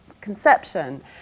conception